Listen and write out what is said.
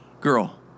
girl